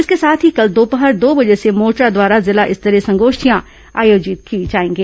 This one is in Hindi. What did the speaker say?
इसके साथ ही कल दोपहर दो बजे से मोर्चा द्वारा जिला स्तरीय संगोष्ठियां आयोजित की जाएंगी